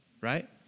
right